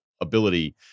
ability